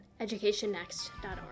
educationnext.org